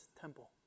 temple